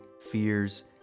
fears